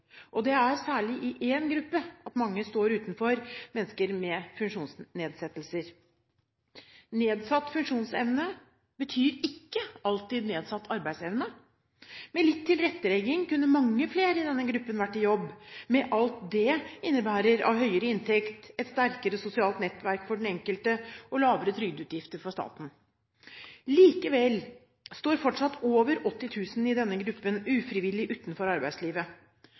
Og det er særlig i én gruppe at mange står utenfor: mennesker med funksjonsnedsettelser. Nedsatt funksjonsevne betyr ikke alltid nedsatt arbeidsevne. Med litt tilrettelegging kunne mange flere i denne gruppen vært i jobb – med alt det innebærer av høyere inntekt, sterkere sosialt nettverk for den enkelte og lavere trygdeutgifter for staten. Likevel står fortsatt over 80 000 i denne gruppen ufrivillig utenfor arbeidslivet.